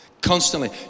Constantly